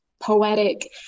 poetic